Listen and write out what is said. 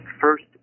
First